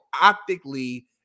optically